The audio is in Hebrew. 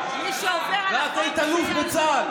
שתרמו למדינה,